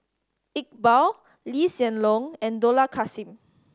Iqbal Lee Hsien Loong and Dollah Kassim